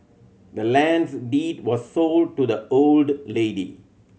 the land's deed was sold to the old lady